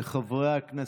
לחברי הכנסת,